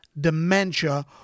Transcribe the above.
Dementia